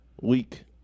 week